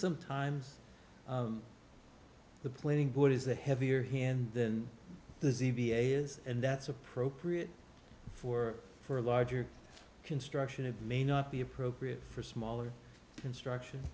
sometimes the planning board is the heavier hand than the z b a is and that's appropriate for for larger construction it may not be appropriate for smaller construction